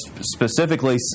specifically